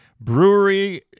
Brewery